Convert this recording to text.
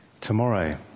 tomorrow